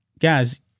Guys